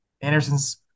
Anderson's